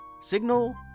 signal